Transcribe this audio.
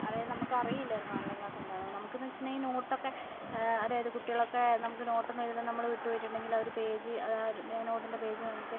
അതായത് നമുക്കറിയല്ലായിരുന്നു online class എന്താണെന്ന് നമുക്കെന്ന് വെച്ചിട്ടുണ്ടെങ്കിൽ നോട്ടൊക്കെ അതായത് കുട്ടികളൊക്കെ നമുക്ക് നോട്ടൊന്നും എഴുതാൻ നമ്മൾ വിട്ടു പോയിട്ടുണ്ടെങ്കിൽ അവർ പേജ് അത് ആ നോട്ടിൻ്റെ പേജ് നമുക്ക്